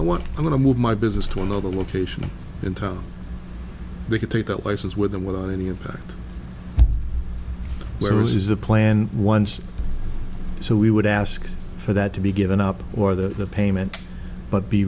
know what i'm going to move my business to another location in town they can take that license with them without any impact where is the plan once so we would ask for that to be given up or the payment but be